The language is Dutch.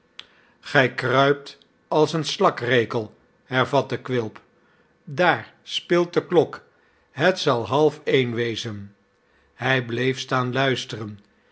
kruipt als eene slak rekel hervatte quilp daar speelt de klok het zal half een wezen hij bleef staan luisteren